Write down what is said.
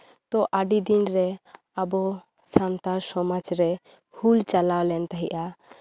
ᱛᱚ ᱟᱹᱰᱤ ᱫᱤᱱᱨᱮ ᱟᱵᱚ ᱥᱟᱱᱛᱟᱲ ᱥᱚᱢᱟᱡᱽ ᱨᱮ ᱦᱩᱞ ᱪᱟᱞᱟᱣ ᱞᱮᱱ ᱛᱟᱦᱮᱸᱜᱼᱟ